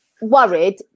worried